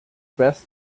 best